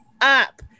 up